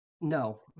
No